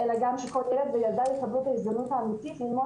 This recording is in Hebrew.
אלא גם שכל ילד וילדה יקבלו את ההזדמנות האמיתית ללמוד